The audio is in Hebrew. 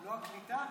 לא הקליטה?